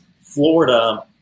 Florida